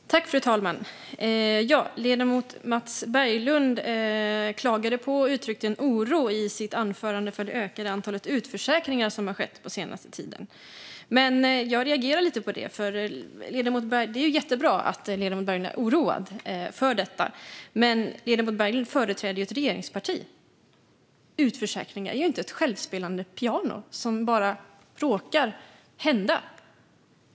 Fru talman! I sitt anförande klagade ledamoten Mats Berglund på och uttryckte en oro för det ökade antalet utförsäkringar som har skett den senaste tiden. Jag reagerar lite på det. Det är jättebra att ledamoten Berglund är oroad över detta, men han företräder ju ett regeringsparti. Utförsäkringar är inte ett självspelande piano. De råkar inte bara hända.